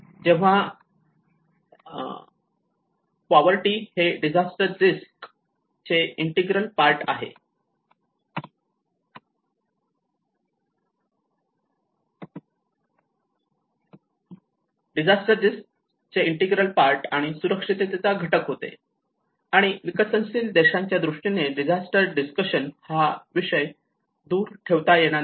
जेव्हा पोवर्टी है disaster risk चे इंटीग्रल पार्ट आणि असुरक्षेचा घटक होते आणि विकसनशील देशांच्या दृष्टीने डिझास्टर डिस्कशन हा विषय दूर ठेवता येणार नाही